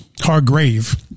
Hargrave